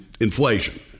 inflation